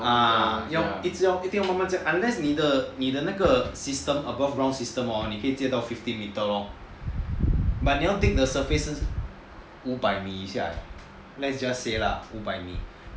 ah 一定要慢慢加 unless 你的那个 above ground system 你可以建到 fifteen metres lor but 你要 dig 的 surface 是五百米一下 leh let's just say lah 五百米